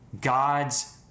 God's